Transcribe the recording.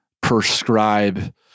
prescribe